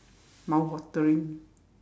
mouth watering